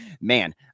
man